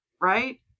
right